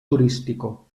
turístico